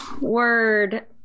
word